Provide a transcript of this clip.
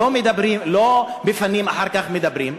לא מפנים ואחר כך מדברים,